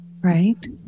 Right